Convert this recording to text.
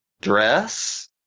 Dress